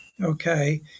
Okay